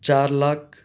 چار لاکھ